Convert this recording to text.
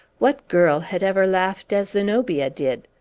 what girl had ever laughed as zenobia did?